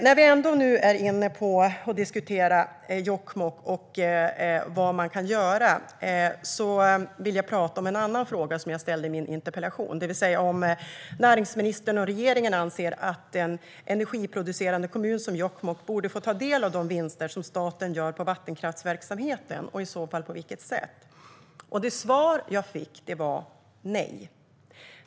När vi nu ändå är inne på att diskutera Jokkmokk och vad man kan göra vill jag tala om en annan fråga som jag ställde i min interpellation, det vill säga om näringsministern och regeringen anser att en energiproducerande kommun som Jokkmokk borde få ta del av de vinster som staten gör på vattenkraftsverksamheten, och i så fall på vilket sätt. Det svar jag fick var nej.